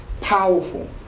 powerful